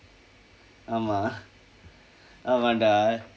ஆமாம் ஆமாம்:aamaam aamaam dah